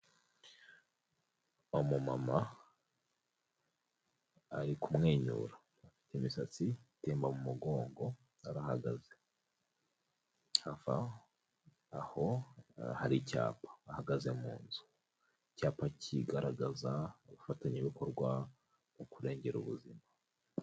Umu mama ari kumwenyura. Afite imisatsi itemba mu mugongo, arahagaze. Hafi aho hari icyapa. Ahagaze mu nzu. Icyapa kigaragaza abafatanyabikorwa mu kurengera ubuzima.